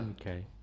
Okay